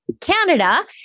Canada